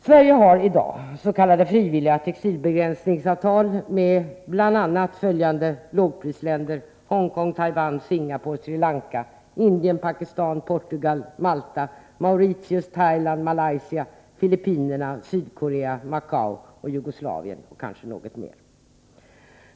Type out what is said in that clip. Sverige har i dag s.k. frivilliga textilbegränsningsavtal med bl.a. följande lågprisländer: Hongkong, Taiwan, Singapore, Sri Lanka, Indien, Pakistan, Portugal, Malta, Mauritius, Thailand, Malaysia, Filippinerna, Sydkorea, Macao, Jugoslavien och kanske något ytterligare land.